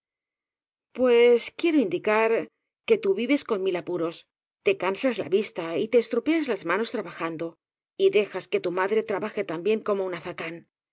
pues quiero indicar que tú vives con mil apu ros te cansas la vista y te estropeas las manos tra bajando y dejas que tu madre trabaje también como un azacán